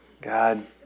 God